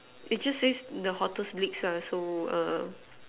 it just says the hottest leaks lah so err